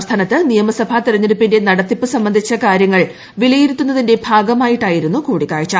സംസ്ഥാനത്ത് നിയമസഭാ തിരഞ്ഞെടുപ്പിന്റെ നടത്തിപ്പ് സംബന്ധിച്ച കാര്യങ്ങൾ വിലയിരുത്തുന്നതിന്റെ ഭാഗമായിട്ടായിരുന്നു കൂടിക്കാഴ്ച